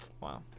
Wow